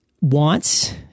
wants